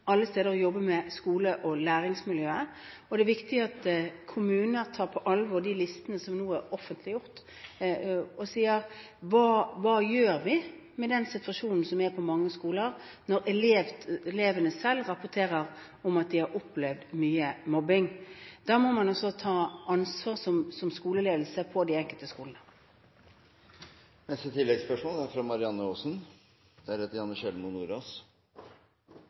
alle steder man jobber med skole- og læringsmiljøet. Det er også viktig at kommuner tar på alvor de listene som nå er offentliggjort, og sier: Hva gjør vi med den situasjonen som er på mange skoler, når elevene selv rapporterer om at de har opplevd mye mobbing? Da må man også ta ansvar som skoleledelse på de enkelte skolene. Marianne Aasen – til oppfølgingsspørsmål. Jeg er